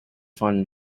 fun